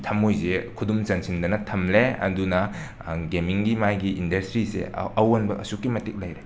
ꯊꯃꯣꯏꯁꯦ ꯈꯨꯗꯨꯝ ꯆꯟꯁꯤꯟꯗꯅ ꯊꯝꯂꯦ ꯑꯗꯨꯅ ꯒꯦꯃꯤꯡꯒꯤ ꯃꯥꯒꯤ ꯏꯟꯗꯁꯇ꯭ꯔꯤꯁꯦ ꯑꯋꯣꯟꯕ ꯑꯁꯨꯛꯀꯤ ꯃꯇꯤꯛ ꯂꯩꯔꯦ